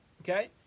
Okay